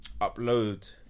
upload